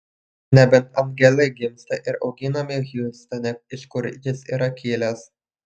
nebent angelai gimsta ir auginami hjustone iš kur jis yra kilęs